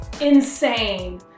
insane